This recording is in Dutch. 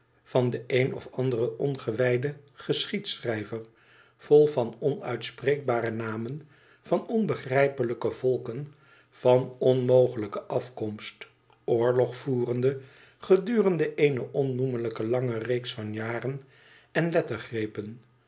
van den een of anderen ongewijden geschiedschrijver vol van onuitspreekbare namen van onbegrijpelijke volken van onmogelijke afkomst oorlog voerende gedurende eene onnoemelijk lange reeks van jaren en